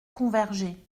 convergé